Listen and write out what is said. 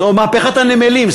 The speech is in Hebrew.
או מהפכת הנמלים,